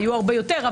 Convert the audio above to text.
היו הרבה יותר,